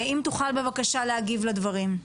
אם תוכל להגיד בבקשה לדברים.